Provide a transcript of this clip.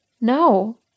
No